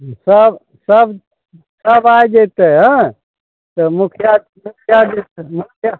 सब सब सब आओर जयतय हँ तऽ मुखिया मुखीया जीसँ मुखिया